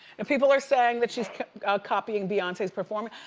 and people are saying that she's copying beyonce's performing.